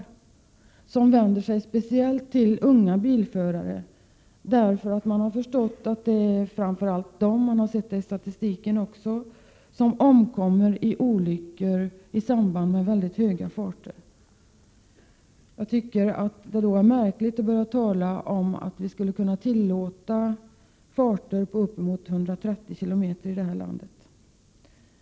Materialet vänder sig speciellt till unga bilförare, eftersom statistiken visar att det är framför allt dessa som omkommer i olyckor som förorsakas av mycket höga farter. Jag tycker att det då är mycket märkligt att man kan hävda att vi skulle kunna tillåta farter på upp emot 130 km i timmen.